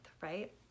right